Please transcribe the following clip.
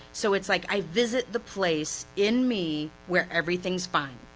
so it's like i visit the place in me, where everything's fine,